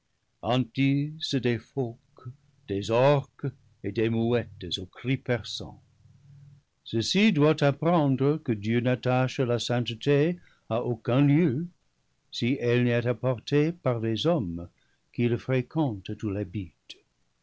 des phoques des orques et des mouettes au cri perçant ceci doit t'appren dre que dieu n'attache la sainteté à aucun lieu si elle n'y est apportée par les hommes qui le fréquentent ou l'habitent